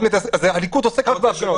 אומרים שהליכוד עוסק רק בהפגנות.